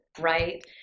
right